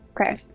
Okay